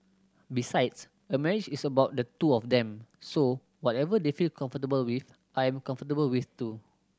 besides a marriage is about the two of them so whatever they feel comfortable with I am comfortable with too